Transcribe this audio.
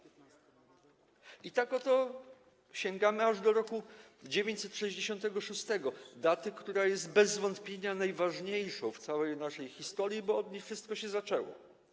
I tak oto sięgamy aż do roku 966, daty, która jest bez wątpienia najważniejszą w całej naszej historii, bo od niej wszystko się zaczęło.